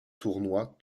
tournoi